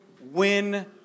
win